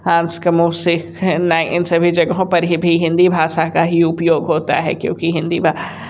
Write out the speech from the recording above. आज का मौसे इस सभी जगहों को पर ही भी हिंदी भाषा का ही उपयोग होता है क्योंकि हिंदी भा